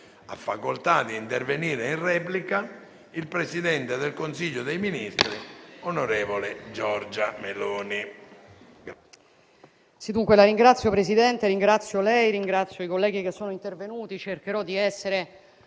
Ha facoltà di intervenire il presidente del Consiglio dei ministri, onorevole Giorgia Meloni.